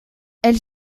elle